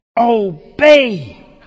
obey